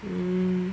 mm